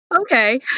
Okay